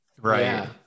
Right